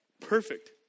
perfect